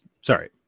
Sorry